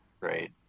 right